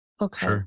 Okay